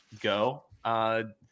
go